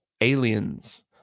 aliens